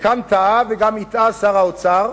וכאן טעה וגם הטעה שר האוצר,